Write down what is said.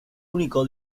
único